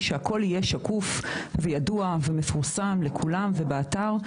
שהכול יהיה שקוף וידוע ומפורסם לכולם באתר.